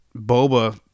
Boba